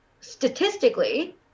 statistically